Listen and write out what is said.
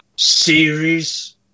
series